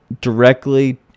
directly